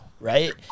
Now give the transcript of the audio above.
Right